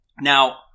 Now